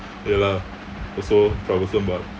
ya lah also troublesome [what]